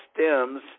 stems